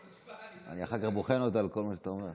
אני אחר כך בוחן אותה על כל מה שאתה אומר.